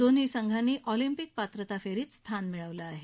दोन्ही संघांनी ऑलिम्पिक पात्रता फेरीत स्थान मिळवलं आहे